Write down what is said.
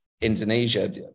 Indonesia